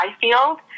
field